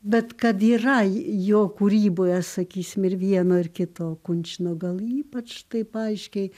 bet kad yra jo kūryboje sakysim ir vieno ir kito kunčino gal ypač taip aiškiai